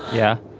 yeah.